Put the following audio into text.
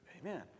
Amen